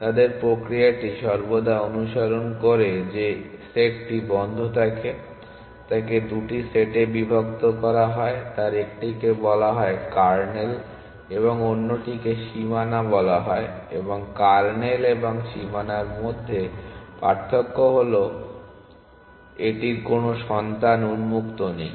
তাদের প্রক্রিয়াটি সর্বদা অনুসরণ করে যে সেটটি বন্ধ থাকে তাকে 2 সেটকে বিভক্ত করা হয় তার একটিকে বলা হয় কার্নেল এবং অন্যটিকে সীমানা বলা হয় এবং কার্নেল এবং সীমানার মধ্যে পার্থক্য করার উপায় হল এটিতে কোন সন্তান উন্মুক্ত নেই